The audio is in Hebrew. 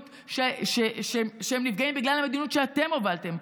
שהם נפגעים בגלל המדיניות שאתם הובלתם,